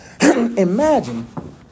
imagine